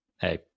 hey